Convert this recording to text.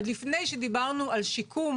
וזה עוד לפני שדיברנו על שיקום